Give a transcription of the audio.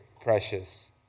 precious